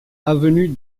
avenue